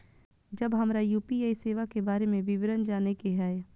जब हमरा यू.पी.आई सेवा के बारे में विवरण जाने के हाय?